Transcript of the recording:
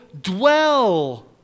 dwell